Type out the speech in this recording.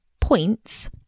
points